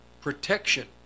protection